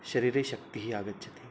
शरीरे शक्तिः आगच्छति